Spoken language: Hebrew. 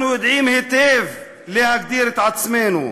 אנחנו יודעים היטב להגדיר את עצמנו.